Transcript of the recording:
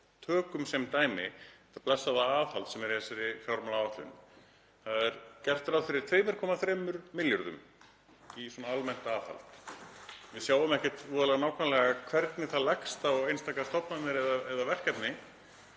Tökum sem dæmi þetta blessaða aðhald sem er í þessari fjármálaáætlun. Það er gert ráð fyrir 2,3 milljörðum í almennt aðhald. Við sjáum ekkert voðalega nákvæmlega hvernig það leggst á einstakar stofnanir eða verkefni,